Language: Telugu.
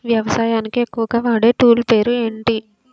వ్యవసాయానికి ఎక్కువుగా వాడే టూల్ పేరు ఏంటి?